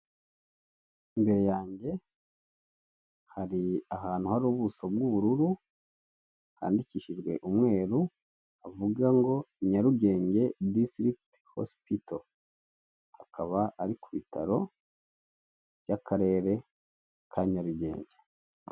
Imbere yanjye hari ahantu hari ubuso bw'ubururu handikishijwe umweru havuga ngo Nyarugenge disitirikiti hosipito, akaba ari ku bitaro by'akarere ka Nyarugenge.